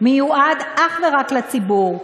מיועד אך ורק לציבור,